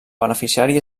beneficiari